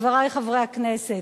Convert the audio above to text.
חברי חברי הכנסת,